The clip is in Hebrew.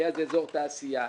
זה ליד אזור תעשייה.